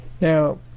Now